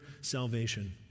salvation